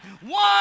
one